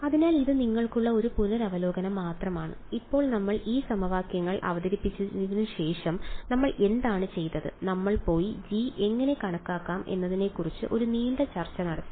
അതിനാൽ ഇത് നിങ്ങൾക്കുള്ള ഒരു പുനരവലോകനം മാത്രമാണ് ഇപ്പോൾ നമ്മൾ ഈ സമവാക്യങ്ങൾ അവതരിപ്പിച്ചതിന് ശേഷം നമ്മൾ എന്താണ് ചെയ്തത് നമ്മൾ പോയി g എങ്ങനെ കണക്കാക്കാം എന്നതിനെക്കുറിച്ച് ഒരു നീണ്ട ചർച്ച നടത്തി